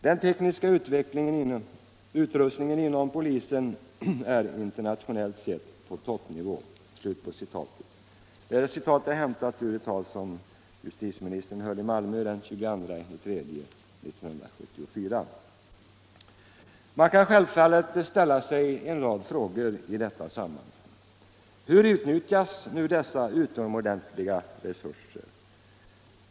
Den tekniska utrustningen inom polisen är internationellt sett på toppnivå.” Detta citat är hämtat ur ett tal som justitieministern höll i Malmö den 22 mars 1974. Man kan självfallet ställa sig en rad frågor i detta sammanhang. Hur utnyttjas dessa utomordentliga resurser?